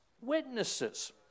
witnesses